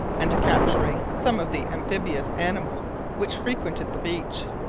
and to capturing some of the amphibious animals which frequented the beach.